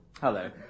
Hello